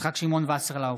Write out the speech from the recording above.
יצחק שמעון וסרלאוף,